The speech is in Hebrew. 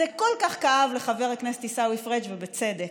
זה כל כך כאב לחבר הכנסת עיסאווי פריג', ובצדק.